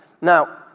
Now